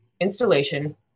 installation